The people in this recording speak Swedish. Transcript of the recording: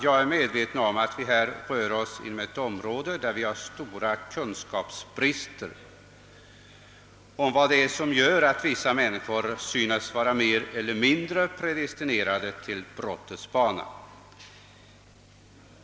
Jag är medveten om att vi här rör oss inom ett område där vi har stora brister i vår kunskap om vad som gör att vissa människor synes vara mer eller mindre predestinerade för brottets bana.